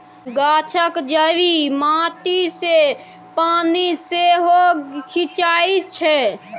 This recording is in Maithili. गाछक जड़ि माटी सँ पानि सेहो खीचई छै